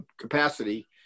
capacity